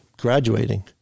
graduating